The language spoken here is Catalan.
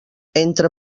entre